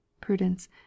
prudence